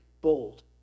bold